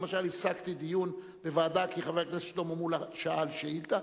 למשל הפסקתי דיון בוועדה כי חבר הכנסת שלמה מולה שאל שאילתא.